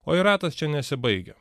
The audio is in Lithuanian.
o ir ratas čia nesibaigia